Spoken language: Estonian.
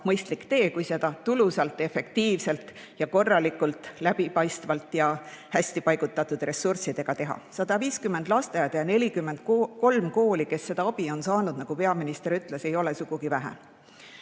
mõistlik [idee], kui seda tulusalt ja efektiivselt, korralikult, läbipaistvalt ja hästi paigutatud ressurssidega teha. 150 lasteaeda ja 43 kooli, kes seda abi on saanud, nagu peaminister ütles, ei ole sugugi